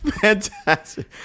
Fantastic